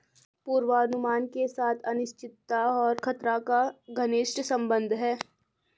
पूर्वानुमान के साथ अनिश्चितता और खतरा का घनिष्ट संबंध है